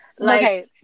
Okay